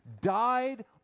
Died